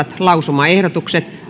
lausumaehdotuksen